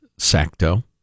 Sacto